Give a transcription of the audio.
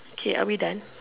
okay are we done